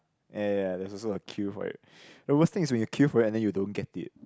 ya ya ya there's also a queue for it the worst thing is when you queue for it and you don't get it